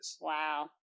wow